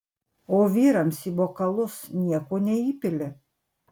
o vyrams į bokalus nieko neįpili